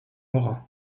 lorrains